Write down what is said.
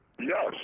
Yes